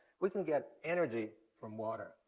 we can get energy from water.